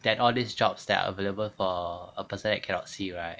that all these jobs that are available for a person that cannot see right